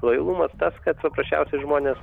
kvailumas tas kad paprasčiausiai žmonės